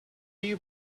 you